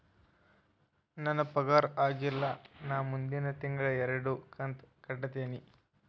ನನ್ನ ಪಗಾರ ಆಗಿಲ್ಲ ನಾ ಮುಂದಿನ ತಿಂಗಳ ಎರಡು ಕಂತ್ ಕಟ್ಟತೇನಿ